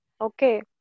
Okay